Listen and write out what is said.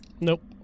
Nope